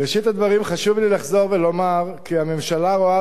בראשית הדברים חשוב לי לחזור ולומר כי הממשלה רואה